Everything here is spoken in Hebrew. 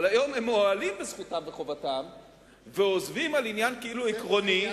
אבל היום הם מועלים בזכותם וחובתם ועוזבים על עניין כאילו עקרוני,